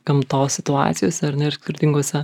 gamtos situacijose ar ne ir skirtingose